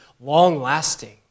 long-lasting